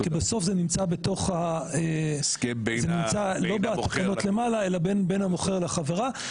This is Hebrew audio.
בסוף זה נמצא לא בתקנות למעלה אלא בין בין המוכר לחברה.